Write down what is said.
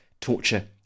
torture